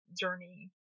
journey